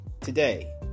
today